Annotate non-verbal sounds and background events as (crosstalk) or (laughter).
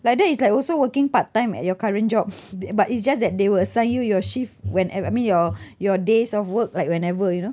like that is like also working part time at your current job (noise) but it's just that they will assign you your shift whenev~ I mean your your days of work like whenever you know